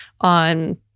on